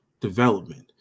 development